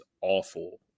awful